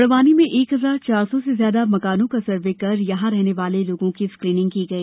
बड़वानी में एक हजार चार सौ से ज्यादा मकानों का सर्वे कर यहां रहने वाले लोगों की स्क्रीनिंग की गई